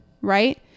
Right